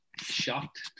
shocked